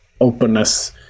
openness